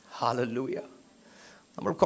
Hallelujah